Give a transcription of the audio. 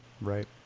Right